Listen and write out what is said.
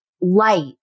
light